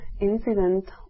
incident